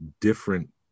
different